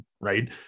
Right